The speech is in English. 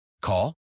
Call